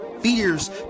fears